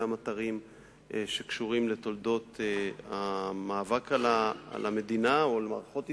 גם אתרים שקשורים לתולדות המאבק על המדינה או למערכות ישראל,